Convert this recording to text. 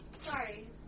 Sorry